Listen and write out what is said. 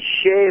shave